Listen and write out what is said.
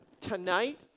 tonight